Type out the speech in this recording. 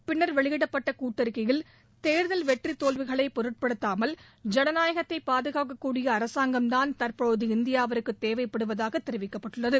பின்னர் வெளியிடப்பட்ட கூட்டறிக்கையில் தேர்தல் வெற்றி தோல்விகளை பொருட்படுத்தாமல் ஜனநாயகத்தை பாதுகாக்கக் கூடிய அரசாங்கம்தான் தற்போது இந்தியாவிற்கு தேவைப்படுவதாக தெரிவிக்கப்பட்டுள்ளது